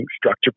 Structure